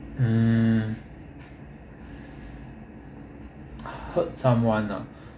mm hurt someone ah